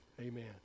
Amen